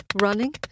running